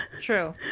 true